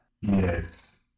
Yes